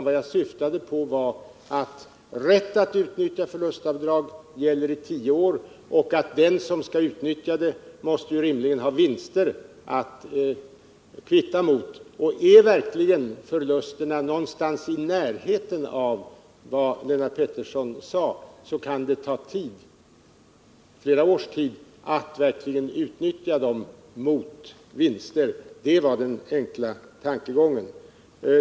Vad jag syftade på var att rätten att utnyttja förlustavdragen gäller under tio år och att den som skall utnyttja sådana avdrag rimligen också måste ha vinster att kvitta mot. Ligger verkligen förlusterna någonstans i närheten av vad Lennart Pettersson sade, kan det ta flera år att verkligen kunna utnyttja dem mot vinsterna. Det var den enkla tankegången.